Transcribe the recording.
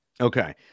Okay